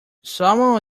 salmon